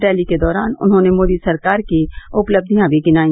rally के दौरान उन्होंने मोदी सरकार की उपलब्धियां भी गिनाई